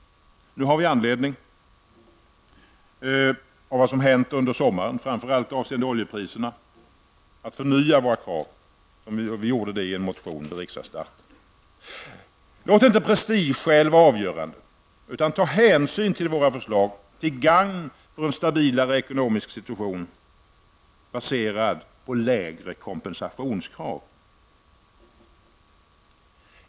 Nu har vi med anledning av vad som hänt under sommaren -- framför allt avseende oljepriserna -- förnyat våra krav i en motion vid riksdagsstarten. Låt inte prestigeskäl vara avgörande, utan ta hänsyn till våra förslag till gagn för en stabilare ekonomisk situation, baserad på lägre kompensationskrav.